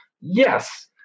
Yes